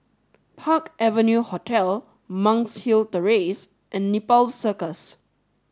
Park Avenue Hotel Monk's Hill Terrace and Nepal Circus